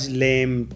lame